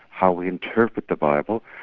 how we interpret the bible,